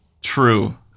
True